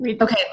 Okay